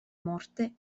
morte